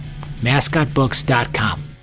Mascotbooks.com